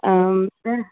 ஆ